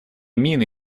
мины